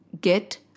Get